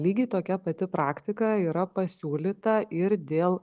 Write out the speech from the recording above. lygiai tokia pati praktika yra pasiūlyta ir dėl